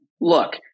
look